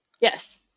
yes